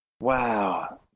wow